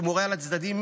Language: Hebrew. שהוא מורה על הצדדים,